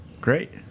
great